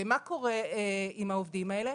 ומה קורה עם העובדים האלה?